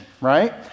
right